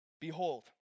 behold